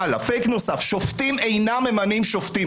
פייק נוסף, שופטים אינם ממנים שופטים.